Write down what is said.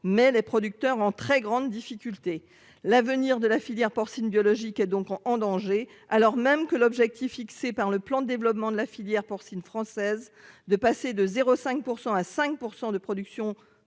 mais les producteurs en très grande difficulté. L'avenir de la filière porcine biologique et donc en danger, alors même que l'objectif fixé par le plan de développement de la filière porcine française, de passer de 0 5 % à 5% de production